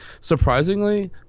surprisingly